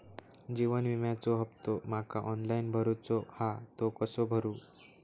जीवन विम्याचो हफ्तो माका ऑनलाइन भरूचो हा तो कसो भरू?